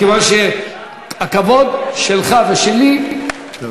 כיוון שהכבוד שלך ושלי, טוב.